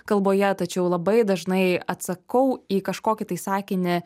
kalboje tačiau labai dažnai atsakau į kažkokį tai sakinį